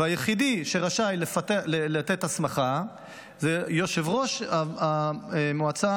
והיחידי שרשאי לתת הסמכה זה יושב-ראש המועצה